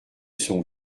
son